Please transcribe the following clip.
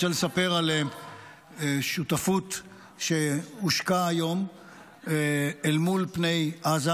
אני רוצה לספר על שותפות שהושקה היום אל מול פני עזה.